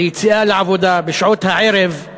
ביציאה לעבודה, בשעות הערב,